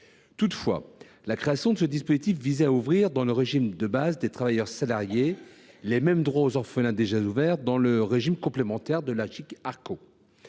Toutefois, la création de ce dispositif tend à ouvrir dans le régime de base des travailleurs salariés les mêmes droits aux orphelins déjà ouverts dans le régime complémentaire de l’Agirc Arrco.